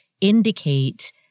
indicate